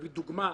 הביא דוגמה,